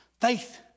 Faith